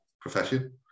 profession